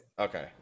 Okay